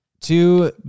two